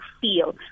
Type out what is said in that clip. feel